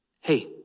hey